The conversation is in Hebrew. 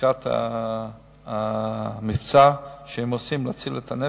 לקראת המבצע שהם עושים, להציל את הנפש,